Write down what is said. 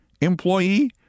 employee